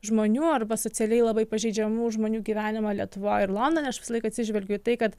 žmonių arba socialiai labai pažeidžiamų žmonių gyvenimą lietuvoj ir londone aš visąlaik atsižvelgiu į tai kad